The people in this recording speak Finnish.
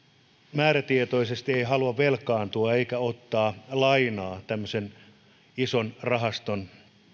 määrätietoisesti ei halua velkaantua eikä ottaa lainaa tämmöisen ison rahaston